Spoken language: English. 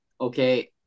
okay